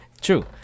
True